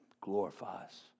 glorifies